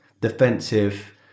defensive